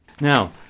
Now